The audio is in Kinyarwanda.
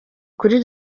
kuri